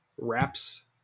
wraps